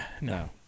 No